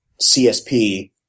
CSP